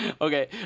Okay